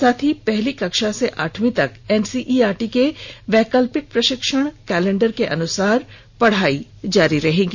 साथ ही पहली कक्षा से आठवीं तक एनसीईआरटी के वैकल्पिक शैक्षणिक कैलेंडर के अनुसार पढ़ाई जारी रहेगी